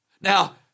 Now